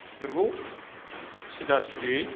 बेफोरखौ सिदा सिदियै